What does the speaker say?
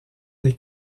des